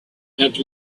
had